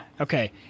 Okay